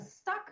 stuck